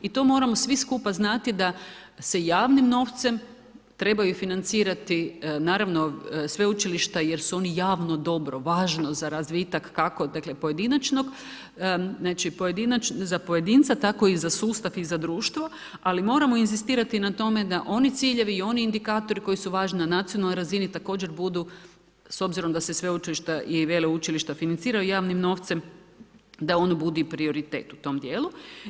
I to moramo svi skupa znati da sa javnim novcem trebaju financirati naravno sveučilišta jer su oni javno dobro, važno za razvitak kako dakle, pojedinačnog za pojedinca, tako i za sustav i za društvo, ali moramo inzistirati na tome, da oni ciljevi i oni indikatori koji su važni na nacionalnoj razini, također budu s obzirom da se sveučilišta i veleučilišta financiranja javnim novcem da oni budi prioritet u tom dijelu.